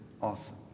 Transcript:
Awesome